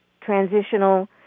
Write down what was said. transitional